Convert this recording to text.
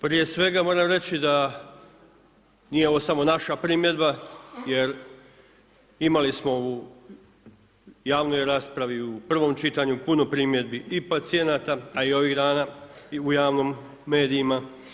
Prije svega moram reći da nije ovo samo naša primjedba jer imali smo u javnoj raspravi u prvom čitanju puno primjedbi i pacijenata a i ovih dana i u javnim medijima.